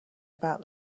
about